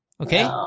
Okay